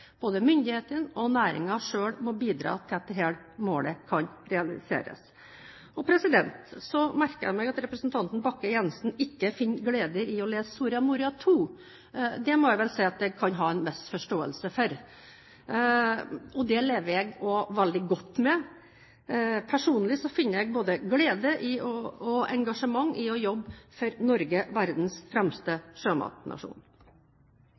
Både myndighetene og næringen selv må bidra til at dette målet kan realiseres. Så merker jeg meg at representanten Bakke-Jensen ikke finner glede i å lese Soria Moria II. Jeg må vel si at det kan jeg ha en viss forståelse for, og det lever jeg også veldig godt med. Personlig finner jeg både glede og engasjement i å jobbe for Norge, verdens